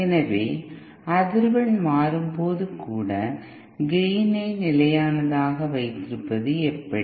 எனவே அதிர்வெண் மாறும்போது கூட கெய்னை நிலையானதாக வைத்திருப்பது எப்படி